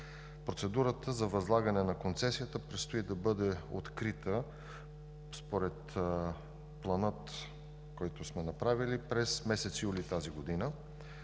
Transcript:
Процедурата за възлагане на концесията предстои да бъде открита според плана, който сме направили, през месец юли тази година.